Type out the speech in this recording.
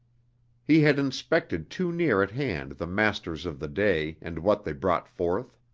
he had inspected too near at hand the masters of the day and what they brought forth.